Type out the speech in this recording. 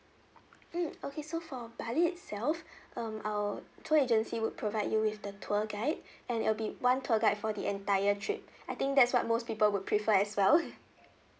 mm okay so for bali itself um our tour agency would provide you with the tour guide and it'll be one tour guide for the entire trip I think that's what most people would prefer as well